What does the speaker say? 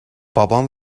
بابام